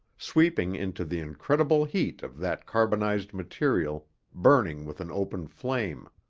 sweeping into the incredible heat of that carbonized material burning with an open flame.